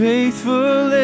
Faithful